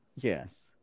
Yes